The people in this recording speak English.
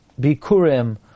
Bikurim